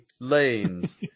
lanes